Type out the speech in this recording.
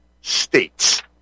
states